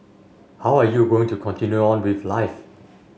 how are you going to continue on with life